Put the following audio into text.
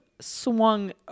swung